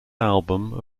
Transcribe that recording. album